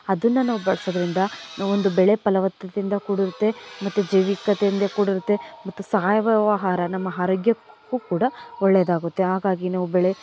ಅದನ್ನ ನಾವು ಬಳಸೋದ್ರಿಂದ ನಾವು ಒಂದು ಬೆಳೆ ಫಲವತ್ತತೆಯಿಂದ ಕೂಡಿರುತ್ತೆ ಮತ್ತೆ ಜೈವಿಕತೆಯಿಂದ ಕೂಡಿರುತ್ತೆ ಮತ್ತೆ ಸಾವಯವ ಆಹಾರ ನಮ್ಮ ಆರೋಗ್ಯಕ್ಕೂ ಕೂಡ ಒಳ್ಳೆಯದಾಗುತ್ತೆ ಹಾಗಾಗಿ ನಾವು ಬೆಳೆ